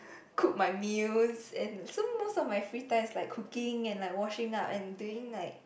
cooked my meals and so most of my free time is like cooking and like washing up and doing like